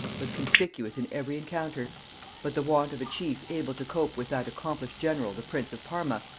was conspicuous in every encounter but the want of a chief able to cope with that accomplished general the prince of parma,